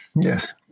Yes